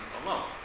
alone